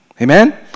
Amen